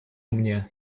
mnie